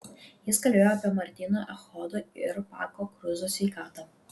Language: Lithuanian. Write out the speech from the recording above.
jis kalbėjo apie martyno echodo ir pako kruzo sveikatą